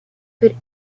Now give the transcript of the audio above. put